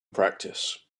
practice